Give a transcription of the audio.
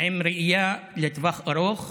עם ראייה לטווח ארוך,